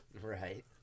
Right